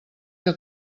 que